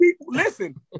listen